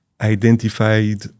identified